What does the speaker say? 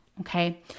Okay